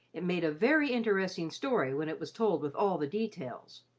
it made a very interesting story when it was told with all the details.